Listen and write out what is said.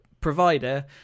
provider